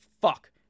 fuck